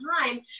time